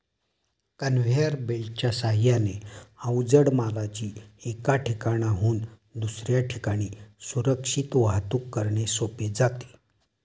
conveyor बेल्टच्या साहाय्याने अवजड मालाची एका ठिकाणाहून दुसऱ्या ठिकाणी सुरक्षित वाहतूक करणे सोपे जाते